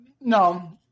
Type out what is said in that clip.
No